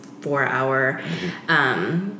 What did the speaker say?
four-hour